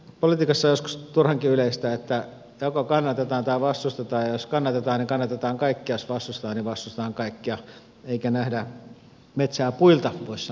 politiikassa on joskus turhankin yleistä että joko kannatetaan tai vastustetaan ja jos kannatetaan niin kannatetaan kaikkea ja jos vastustetaan niin vastustetaan kaikkea eikä nähdä metsää puilta voisi sanoa tässä tilanteessa